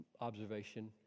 observation